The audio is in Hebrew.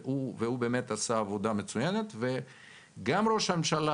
הוא באמת עשה עבודה מצוינת וגם ראש הממשלה